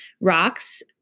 rocks